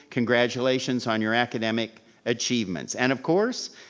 congratulations on your academic achievements. and of course,